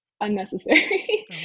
unnecessary